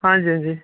आं जी आं जी